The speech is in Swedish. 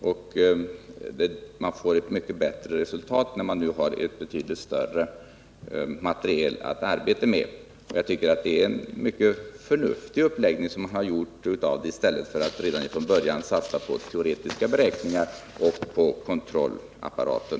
Resultatet blir mycket bättre när man som nu har ett betydligt större material att arbeta med. Den uppläggningen är enligt min mening mycket förnuftigare än att satsa på teoretiska beräkningar och på kontrollapparaten.